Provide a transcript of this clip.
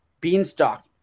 beanstalk